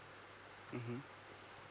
mmhmm